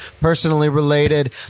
personally-related